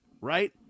right